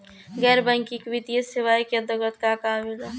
गैर बैंकिंग वित्तीय सेवाए के अन्तरगत का का आवेला?